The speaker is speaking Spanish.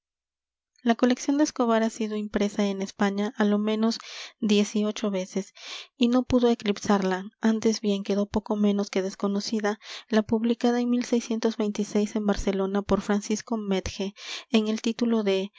la colección de escobar ha sido impresa en españa á lo menos diez y ocho veces y no pudo eclipsarla antes bien quedó poco menos que desconocida la publicada en en barcelona por francisco metje con el título de